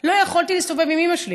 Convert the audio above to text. לא יכולתי להסתובב עם אימא שלי,